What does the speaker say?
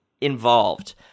involved